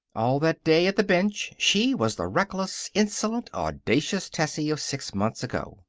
all that day, at the bench, she was the reckless, insolent, audacious tessie of six months ago.